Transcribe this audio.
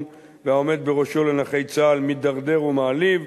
והעומד בראשו לנכי צה"ל מידרדר ומעליב.